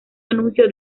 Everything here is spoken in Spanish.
anuncio